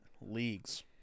leagues